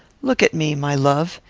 look at me, my love.